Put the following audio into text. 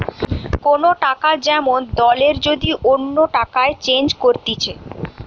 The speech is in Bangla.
কোন টাকা যেমন দলের যদি অন্য টাকায় চেঞ্জ করতিছে